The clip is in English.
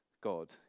God